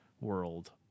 world